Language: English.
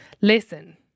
listen